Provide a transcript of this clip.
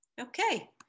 Okay